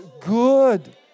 good